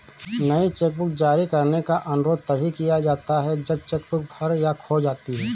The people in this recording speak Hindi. नई चेकबुक जारी करने का अनुरोध तभी किया जाता है जब चेक बुक भर या खो जाती है